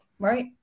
Right